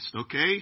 okay